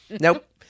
Nope